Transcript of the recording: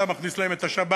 אתה מכניס להם את השבת,